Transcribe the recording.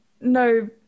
no